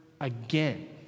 again